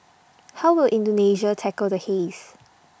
how will Indonesia tackle the haze